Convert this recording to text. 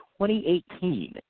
2018